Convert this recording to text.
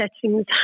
settings